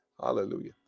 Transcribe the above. Hallelujah